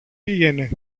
πήγαινε